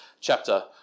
chapter